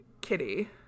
Kitty